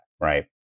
right